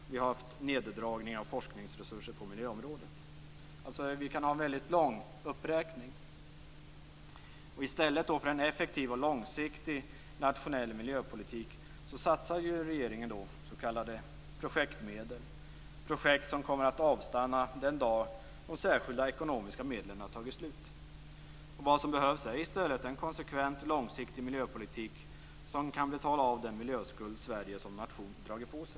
Vi har haft neddragningar av forskningsresurser på miljöområdet. Vi kan göra en mycket lång uppräkning. I stället för en effektiv och långsiktig nationell miljöpolitik satsar regeringen s.k. projektmedel på projekt som kommer att avstanna den dag de särskilda ekonomiska medlen har tagit slut. Det som behövs är i stället en konsekvent långsiktig miljöpolitik som kan betala av den miljöskuld Sverige som nation har dragit på sig.